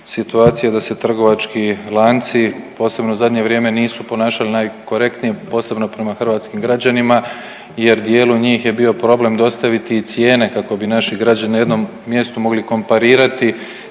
da se trgovački lanci, posebno u zadnje vrijeme nisu ponašali najkorektnije, posebno prema hrvatskim građanima jer dijelu njih je bio problem dostaviti i cijene kako bi naši građani na jednom mjestu mogli komparirati